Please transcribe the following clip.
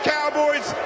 Cowboys